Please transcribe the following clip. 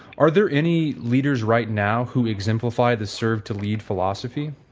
are there any leaders right now who exemplify the serve to lead philosophy